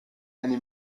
any